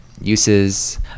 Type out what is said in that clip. uses